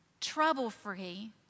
trouble-free